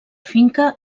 finca